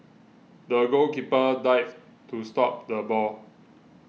the goalkeeper dived to stop the ball